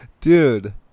dude